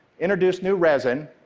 introduce new resin,